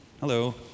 Hello